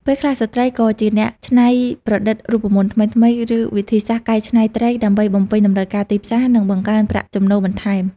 ពេលខ្លះ ស្ត្រីក៏ជាអ្នកច្នៃប្រឌិតរូបមន្តថ្មីៗ ឬវិធីសាស្ត្រកែច្នៃត្រី ដើម្បីបំពេញតម្រូវការទីផ្សារ និងបង្កើនប្រាក់ចំណូលបន្ថែម។